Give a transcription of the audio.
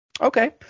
Okay